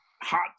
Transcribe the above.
hot